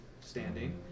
standing